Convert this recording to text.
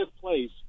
place